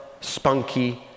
spunky